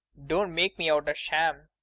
don't make me out a sham.